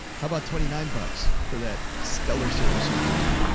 how about twenty nine bucks for that stellar service you've given me?